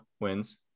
wins